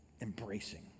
embracing